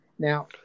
Now